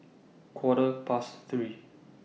Quarter Past three